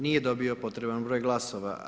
Nije dobio potreban broj glasova.